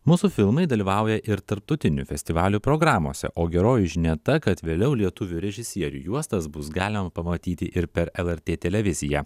mūsų filmai dalyvauja ir tarptautinių festivalių programose o geroji žinia ta kad vėliau lietuvių režisierių juostas bus galima pamatyti ir per lrt televiziją